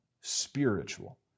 spiritual